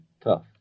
tough